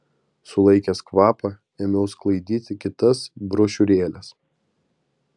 sulaikęs kvapą ėmiau sklaidyti kitas brošiūrėles